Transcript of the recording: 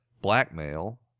blackmail